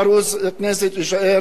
תודה רבה לחבר הכנסת דבאח.